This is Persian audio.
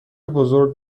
بزرگ